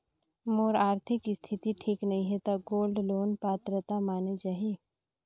मोर आरथिक स्थिति ठीक नहीं है तो गोल्ड लोन पात्रता माने जाहि?